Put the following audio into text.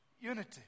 unity